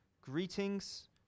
Greetings